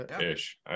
ish